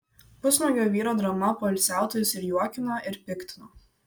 pusnuogio vyro drama poilsiautojus ir juokino ir piktino